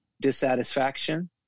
dissatisfaction